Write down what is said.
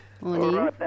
Morning